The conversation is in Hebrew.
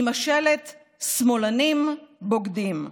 עם השלט "שמאלנים בוגדים".